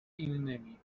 innymi